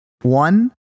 one